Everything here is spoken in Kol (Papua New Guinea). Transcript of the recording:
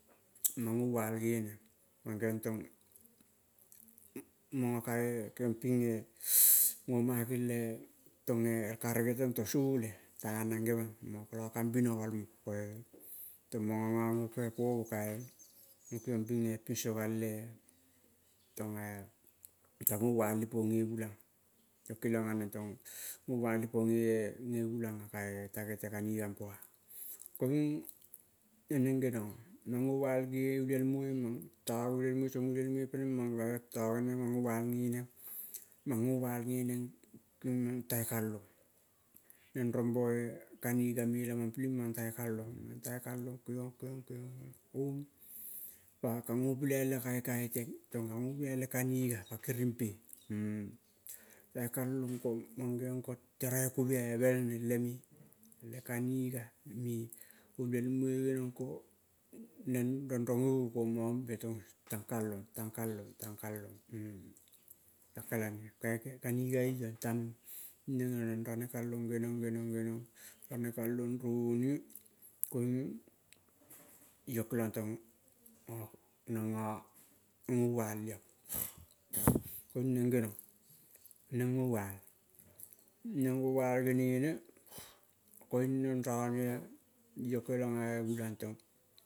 Mang go-uwall geneng mang kegiong tong. Mango ka-e, kegiong ping eh go marking le tong eh, karege tento sole. Tanang gemang, mango koio kambinogoi mo. Koe tong mango gong go kegepomo, ka go kegiong ping eh tong gouwall ipo gegulang iyo keliong a neng tong gouwal ge ulielmoi mange toge ulielmoi peleng gouwall geneg mang gaiwai geneng kong mang tagekalongiveng rombo eh, kaniga me pelenging mang tage kalong koing mang tage kalong, kegiong, kegiong togi pa kago pilai le kaikai teng tong kago pilai le kaniga pa kiring pe m-m mangeiong ko tere koviai bel neng lemen, le kaniga. Uliel moi geniong ko neng rong oh komang iyo tong, tang kalong, tang kalong, tang kalong kake lane kaniga eiyong neng geniong rane kalong geniong, geniong rane keliong roni koing iyo keilong ah gulang tong